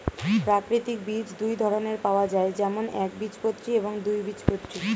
প্রাকৃতিক বীজ দুই ধরনের পাওয়া যায়, যেমন একবীজপত্রী এবং দুই বীজপত্রী